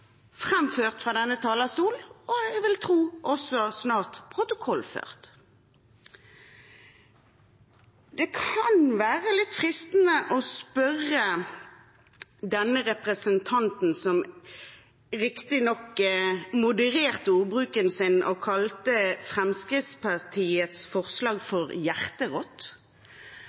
fra denne talerstol, og jeg vil tro også snart protokollført. Det kan være litt fristende å spørre denne representanten, som riktignok modererte ordbruken sin og kalte Fremskrittspartiets forslag for